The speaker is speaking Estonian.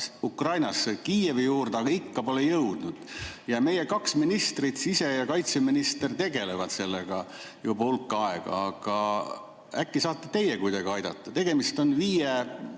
Ukrainasse Kiievi kanti, aga ikka pole sinna jõudnud. Meie kaks ministrit, sise- ja kaitseminister, tegelevad sellega juba hulk aega, aga äkki saate teie kuidagi aidata? Tegemist on viie